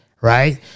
right